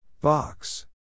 Box